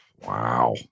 Wow